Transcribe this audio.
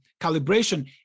calibration